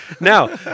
Now